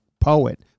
poet